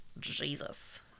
Jesus